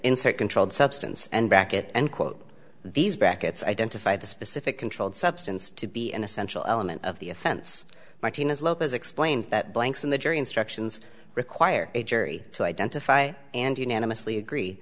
insert controlled substance and bracket and quote these brackets identify the specific controlled substance to be an essential element of the offense martinez lopez explained that blanks in the jury instructions require a jury to identify and unanimously agree